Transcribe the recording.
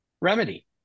remedy